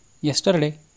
Yesterday